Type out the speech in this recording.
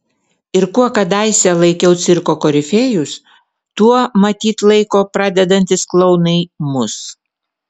ir kuo kadaise laikiau cirko korifėjus tuo matyt laiko pradedantys klounai mus